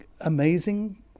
amazing